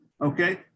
okay